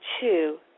two